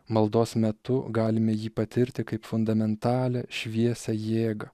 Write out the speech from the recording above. maldos metu galime jį patirti kaip fundamentalią šviesią jėgą